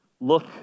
look